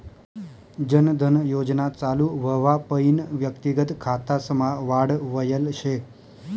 जन धन योजना चालू व्हवापईन व्यक्तिगत खातासमा वाढ व्हयल शे